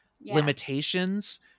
limitations